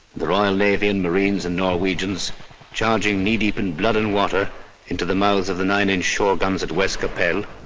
the royal navy and marines and norwegians charging knee-deep in blood and water into the mouth of the nine-inch shore guns at west cappelle.